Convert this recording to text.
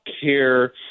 care